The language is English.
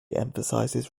emphasizes